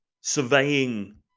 surveying